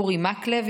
אורי מקלב,